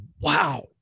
wow